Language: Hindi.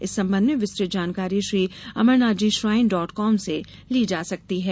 इस संबंध में विस्तुत जानकारी Shri Amarnath ji shrine dot com से ली जा सकती है